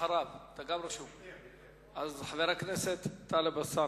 אחריו, חבר הכנסת טלב אלסאנע.